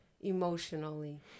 emotionally